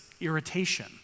irritation